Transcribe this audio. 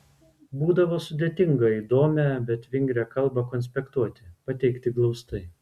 būdavo sudėtinga įdomią bet vingrią kalbą konspektuoti pateikti glaustai